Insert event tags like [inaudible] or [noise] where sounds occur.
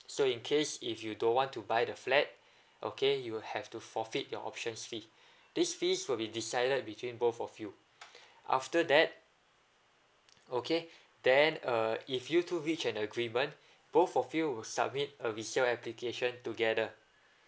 so in case if you don't want to buy the flat okay you'll have to forfeit your option fee this fees will be decided between both of you [breath] after that okay then uh if you two reach an agreement both of you will submit a resale application together